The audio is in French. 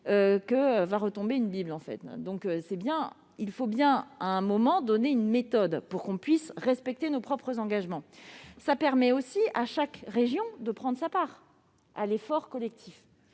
que va retomber une Bible ! Il faut donc bien, à un moment, fixer une méthode pour que nous puissions respecter nos propres engagements. Cela permettra également à chaque région de prendre sa part à l'effort collectif.